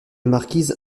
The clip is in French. marquise